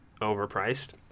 overpriced